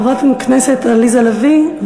חברת הכנסת עליזה לביא,